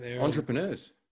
entrepreneurs